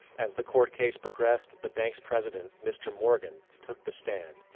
as the court case progressed, the bank's president mr. morgan took the stand.